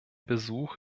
besuch